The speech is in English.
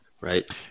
right